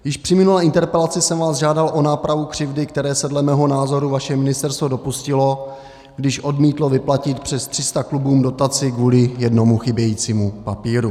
Již při minulé interpelaci jsem vás žádal o nápravu křivdy, které se dle mého názoru vaše ministerstvo dopustilo, když odmítlo vyplatit přes 300 klubů dotaci kvůli jednomu chybějícímu papíru.